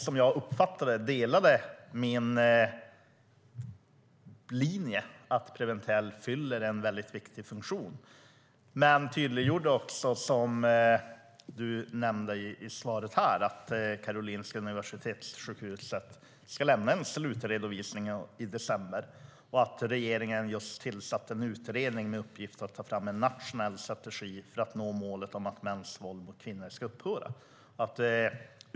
Som jag uppfattade det ansåg hon, liksom jag, att Preventell fyller en mycket viktig funktion. Men som statsrådet nämnde i svaret i dag ska Karolinska Universitetssjukhuset lämna en slutredovisning i december. Regeringen har just tillsatt en utredning med uppgift att ta fram en nationell strategi för att nå målet om att mäns våld mot kvinnor ska upphöra.